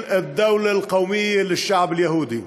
ישראל, מדינת הלאום של העם היהודי).